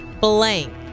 Blank